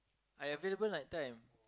I available night time